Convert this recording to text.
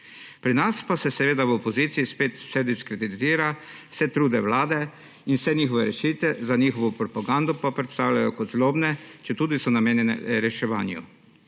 Pri nas pa se seveda v opoziciji spet vse diskreditira, vse trude Vlade in vse njene rešitve, za svojo propagando pa jih predstavljajo kot zlobne, četudi so namenjene reševanju.